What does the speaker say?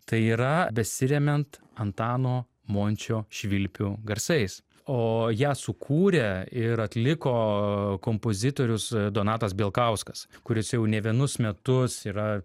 tai yra besiremiant antano mončio švilpių garsais o ją sukūrė ir atliko kompozitorius donatas bilkauskas kuris jau ne vienus metus yra